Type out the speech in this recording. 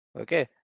Okay